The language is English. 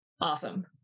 awesome